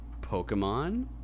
Pokemon